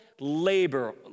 labor